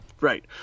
Right